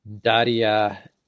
Daria